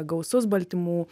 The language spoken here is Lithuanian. gausus baltymų